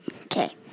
Okay